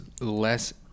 less